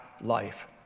life